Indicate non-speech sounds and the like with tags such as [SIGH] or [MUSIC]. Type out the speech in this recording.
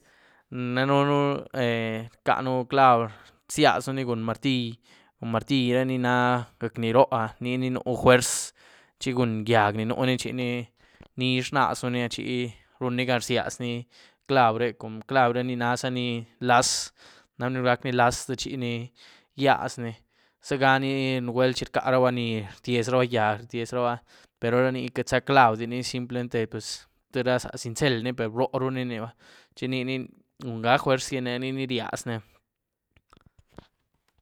Danën [HESITATION] rcanú clab´, rzíázyën cun martilly, martilly re ni na gyíec´ni ró áh, niní nú juerz, chi cun gyiag ni núní chi nizh rnazën chi run ni gan rzíázní ni clab´re cun clab´ re ni na za ni láz, nax´ni que gac´ni láz chiní gíázni, zieganí nugwuel chi rcáraba ni rtíezraba gyiag, rtíezraba, pero ra ni queitza clab´ di ni, simplemente pus tïé ra za zincel ni per bróo ru ní ba, chi ni ni run ga´ juerz [UNINTELLIGIBLE] ríazni.